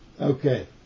Okay